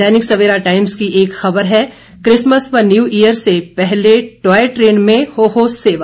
दैनिक Savera Times की एक खबर है किसमस व न्यू ईयर से पहले टॉय ट्रेन में हो हो सेवा